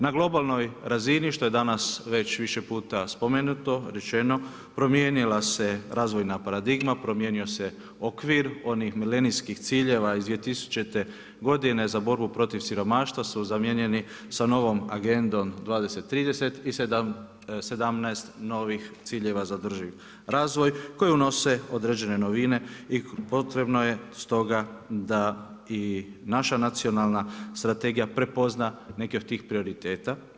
Na globalnoj razini što je danas već više puta spomenuto, rečeno, promijenila se razvojna paradigma, promijenio se okvir onih milenijskih ciljeva iz 2000. godine za borbu protiv siromaštva su zamijenjeni sa novom Agendom 20-30 i 17.-est novih ciljeva za održiv razvoj koje unose određene novine i potrebno je stoga da i naša Nacionalna strategija prepozna neke od tih prioriteta.